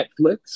Netflix